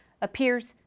appears